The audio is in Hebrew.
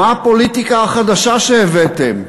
מה הפוליטיקה החדשה שהבאתם?